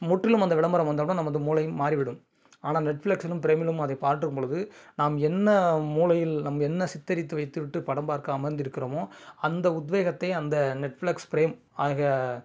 முற்றிலும் அந்த விளம்பரம் வந்தவுடன் நமது மூளையும் மாறிவிடும் ஆனால் நெட்ஃப்ளக்ஸிலும் ப்ரைமிலும் அதை காட்டும் பொழுது நாம் என்ன மூளையில் நம் என்ன சித்தரித்து வைத்துவிட்டு படம் பார்க்க அமர்ந்திருக்கிறோமோ அந்த உத்வேகத்தை அந்த நெட்ஃப்ளக்ஸ் ப்ரேம் ஆகிய